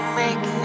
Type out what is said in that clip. make